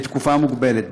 לתקופה מוגבלת,